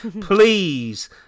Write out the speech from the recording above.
please